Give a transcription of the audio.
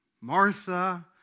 Martha